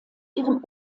ihrem